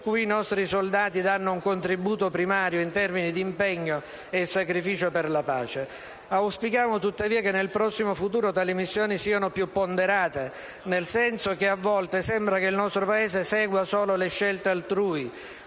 cui i nostri soldati danno un contributo primario in termini di impegno e sacrificio per la pace. Auspichiamo, tuttavia, che, nel prossimo futuro, tali missioni siano più ponderate, nel senso che, a volte, sembra che il nostro Paese segua solo le scelte altrui: